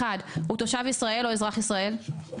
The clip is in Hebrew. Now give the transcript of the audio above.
(1)הוא תושב ישראל או אזרח ישראלי,